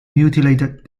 mutilated